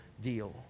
deal